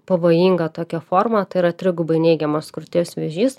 pavojinga tokia forma tai yra trigubai neigiamas krūties vėžys